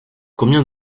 combien